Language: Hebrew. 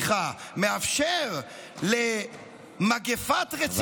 מאפשר למגפת רציחות,